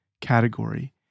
category